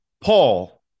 Paul